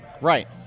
Right